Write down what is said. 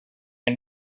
and